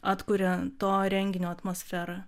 atkuria to renginio atmosferą